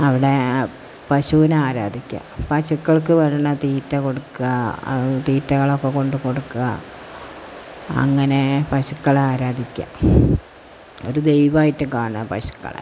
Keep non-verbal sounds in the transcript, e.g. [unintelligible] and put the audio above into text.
അവിടെ പശുവിനെ ആരാധിക്കുക പശുക്കൾക്ക് [unintelligible] തീറ്റ കൊടുക്കുക തീറ്റകളൊക്കെ കൊണ്ട് കൊടുക്കുക അങ്ങനെ പശുക്കളെ ആരാധിക്കു ഒരു ദൈവമായിട്ട് കാണുക പശുക്കളെ